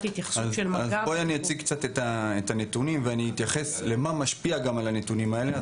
אני אציג את הנתונים ואני אומר מה משפיע על הנתונים האלה.